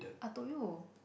I told you